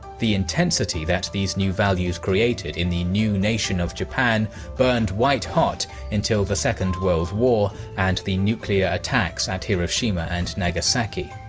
the intensity that these new values created in the new nation of japan burned white hot until the second world war, and the nuclear attacks at hiroshima and nagasaki.